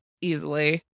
Easily